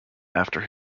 after